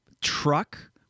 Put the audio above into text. truck